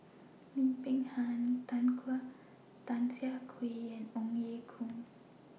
Lim Peng Han Tan Siah Kwee and Ong Ye Kung